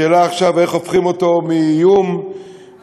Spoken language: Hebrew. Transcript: השאלה עכשיו היא איך הופכים אותו מאיום להזדמנות,